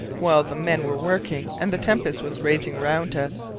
while the men were working, and the tempest was raging round us,